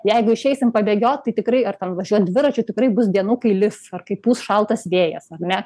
jeigu išeisim pabėgiot tai tikrai ar ten važiuot dviračiu tikrai bus dienų kai lis ar kai pūs šaltas vėjas ar ne